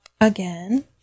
again